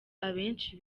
abenshi